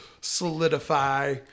solidify